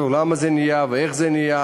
למה זה נהיה ואיך זה נהיה,